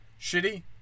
shitty